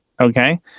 okay